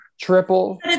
triple